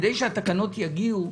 כדי שהתקנות יגיעו,